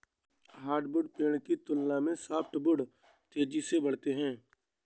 hardwood पेड़ की तुलना में सॉफ्टवुड तेजी से बढ़ते हैं